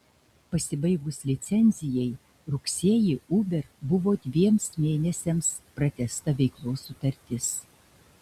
pasibaigus licencijai rugsėjį uber buvo dviem mėnesiams pratęsta veiklos sutartis